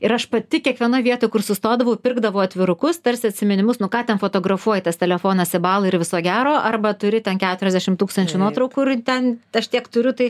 ir aš pati kiekvienoj vietoj kur sustodavau pirkdavau atvirukus tarsi atsiminimus nu ką ten fotografuoji tas telefonas į balą ir viso gero arba turi ten keturiasdešim tūkstančių nuotraukų ir ten aš tiek turiu tai